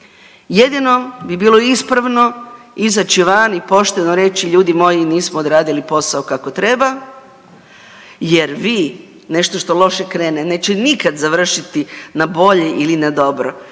Jedino bi bilo ispravno izaći van i pošteno reći ljudi moji nismo odradili posao kako treba jer vi nešto što loše krene neće nikad završit na bolje ili na dobro.